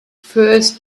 first